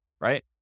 right